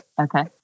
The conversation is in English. Okay